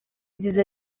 nziza